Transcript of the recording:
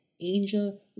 Angel